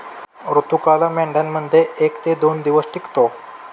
ऋतुकाळ मेंढ्यांमध्ये एक ते दोन दिवस टिकतो